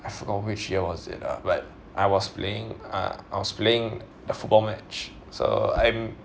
I forgot which year was it ah but I was playing ah I was playing a football match so I'm